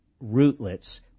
rootlets